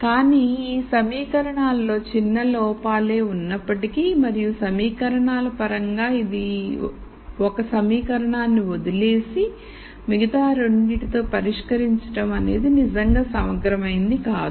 కానీ ఈ సమీకరణాలలో చిన్న లోపాలే ఉన్నప్పటికీ మరియు సమీకరణాల పరంగా ఒక సమీకరణాన్ని వదిలేసి మిగతా రెండిటితో పరిష్కరించడం అనేది నిజంగా సమగ్రమైనది కాదు